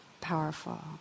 powerful